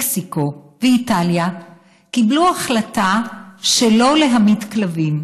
מקסיקו ואיטליה קיבלו החלטה שלא להמית כלבים,